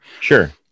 Sure